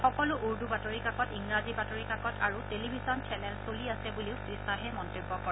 সকলো উৰ্দু বাতৰি কাকত ইংৰাজী বাতৰি কাকত আৰু টেলিভিছন চেনেল চলি আছে বুলিও শ্ৰীখাহে মন্তব্য কৰে